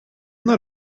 not